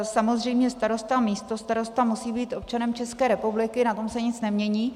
Samozřejmě starosta, místostarosta musí být občanem České republiky, na tom se nic nemění.